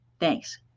Thanks